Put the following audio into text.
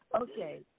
Okay